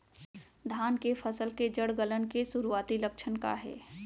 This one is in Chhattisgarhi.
धान के फसल के जड़ गलन के शुरुआती लक्षण का हे?